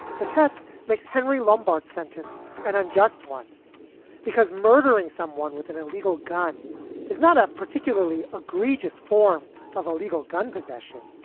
the test makes henry lombards sentence an unjust one because murdering someone with an illegal gun is not a particularly particularly egregious form of illegal gun possession.